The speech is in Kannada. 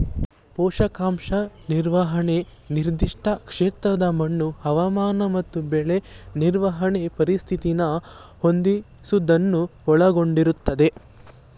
ಪೋಷಕಾಂಶ ನಿರ್ವಹಣೆ ನಿರ್ದಿಷ್ಟ ಕ್ಷೇತ್ರದ ಮಣ್ಣು ಹವಾಮಾನ ಮತ್ತು ಬೆಳೆ ನಿರ್ವಹಣೆ ಪರಿಸ್ಥಿತಿನ ಹೊಂದಿಸೋದನ್ನ ಒಳಗೊಂಡಿರ್ತದೆ